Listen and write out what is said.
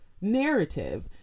narrative